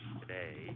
today